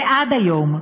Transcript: ועד היום,